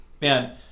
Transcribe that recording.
Man